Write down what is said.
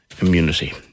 immunity